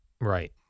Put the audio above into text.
Right